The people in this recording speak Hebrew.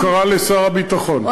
הוא קרא לשר הביטחון.